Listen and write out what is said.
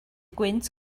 gwynt